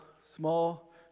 small